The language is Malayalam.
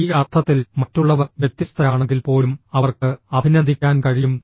ഈ അർത്ഥത്തിൽ മറ്റുള്ളവർ വ്യത്യസ്തരാണെങ്കിൽപ്പോലും അവർക്ക് അഭിനന്ദിക്കാൻ കഴിയും